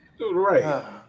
right